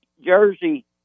jersey